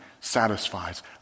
satisfies